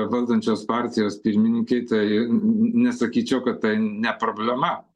valdančios partijos pirmininkei tai nesakyčiau kad tai ne problema